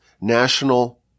national